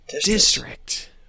district